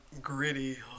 gritty